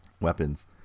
weapons